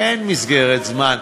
אין מסגרת זמן.